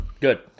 Good